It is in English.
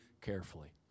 carefully